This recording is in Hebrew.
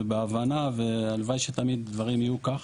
ובהבנה והלוואי שדברים תמיד יהיו כך.